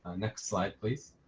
next slide please.